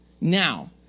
Now